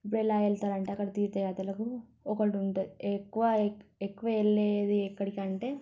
ఇప్పుడు ఎలా వెళతారంటే అక్కడ తీర్థయాత్రలకు ఒకటి ఉంటుంది ఎక్కువా ఏ ఎక్కువ వెళ్ళేది ఎక్కడికంటే